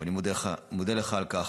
ואני מודה לך על כך.